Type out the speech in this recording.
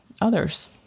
others